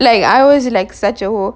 like I was like such a whore